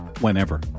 whenever